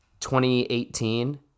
2018